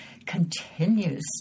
continues